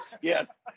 yes